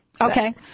Okay